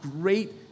great